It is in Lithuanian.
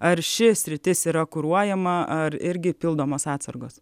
ar ši sritis yra kuruojama ar irgi pildomos atsargos